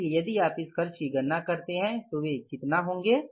इसलिए यदि आप इन खर्चों की गणना करते हैं तो वे कितना होंगे